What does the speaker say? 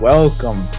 Welcome